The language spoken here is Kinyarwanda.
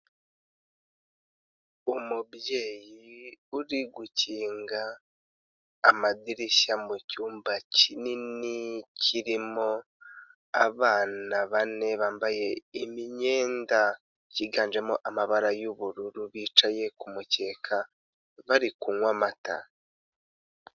Umubyeyi uri gukinga amadirishya mu cyumba kinini kirimo abana bane bambaye imyenda yiganjemo amabara y'ubururu bicaye ku mukeka bari kunywa amata.